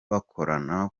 bakorana